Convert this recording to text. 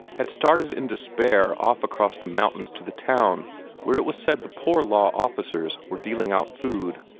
had started in despair off across the mountains to the town where it was said the poor-law officers were dealing out food.